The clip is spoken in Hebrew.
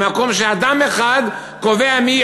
ממקום שאדם אחד קובע מי,